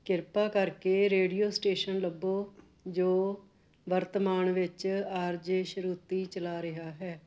ਕਿਰਪਾ ਕਰਕੇ radio station ਲੱਭੋ ਜੋ ਵਰਤਮਾਨ ਵਿੱਚ ਆਰ ਜੇ ਸ਼ਰੂਤੀ ਚਲਾ ਰਿਹਾ ਹੈ